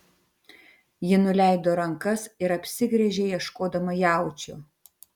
ji nuleido rankas ir apsigręžė ieškodama jaučio